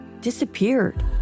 disappeared